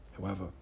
However